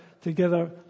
together